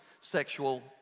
sexual